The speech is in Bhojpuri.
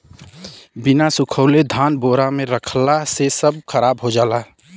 बिना सुखवले धान बोरा में रखला से सब खराब हो जाला